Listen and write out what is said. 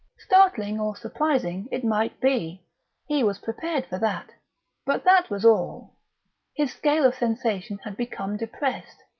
startling or surprising it might be he was prepared for that but that was all his scale of sensation had become depressed.